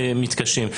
שמתקשים יותר.